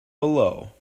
below